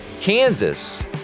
Kansas